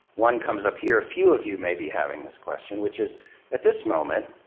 one comes up here. a few of you may be having this question, which is at this moment,